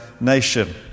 nation